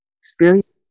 experience